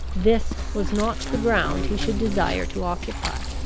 this was not the ground he should desire to occupy.